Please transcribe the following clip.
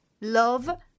love